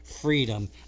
freedom